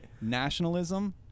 nationalism